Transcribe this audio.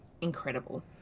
incredible